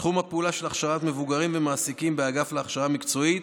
תחום הפעולה של הכשרת מבוגרים ומעסיקים באגף להכשרה מקצועית,